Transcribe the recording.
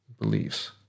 beliefs